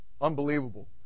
Unbelievable